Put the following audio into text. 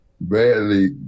badly